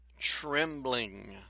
trembling